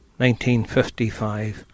1955